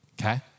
okay